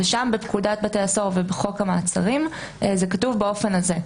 ושם בפקודת בתי הסוהר ובחוק המעצרים זה כתוב באופן הזה.